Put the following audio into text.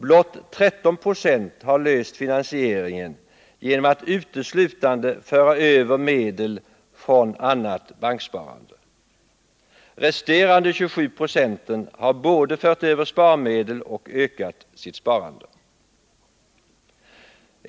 Blott 13 26 har löst finansieringen genom att uteslutande föra över medel från annat banksparande. Resterande 27 Ze har både fört över sparmedel och ökat sitt sparande.